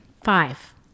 five